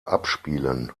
abspielen